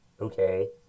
Okay